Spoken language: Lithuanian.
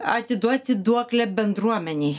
atiduoti duoklę bendruomenei